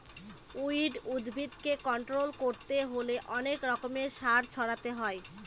weed উদ্ভিদকে control করতে হলে অনেক রকমের সার ছড়াতে হয়